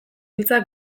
hiltzea